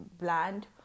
bland